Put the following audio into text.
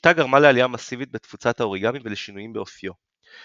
השיטה גרמה לעלייה מסיבית בתפוצת האוריגמי ולשינויים באופיו.